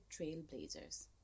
trailblazers